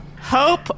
Hope